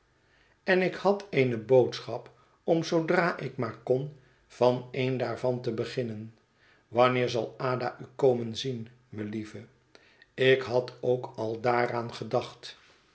en ik had eene boodschap om zoodra ik maar kon van een daarvan te beginnen watmeer zal ada u komen zien melieve ik had ook al daaraan gedacht